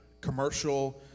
commercial